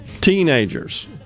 teenagers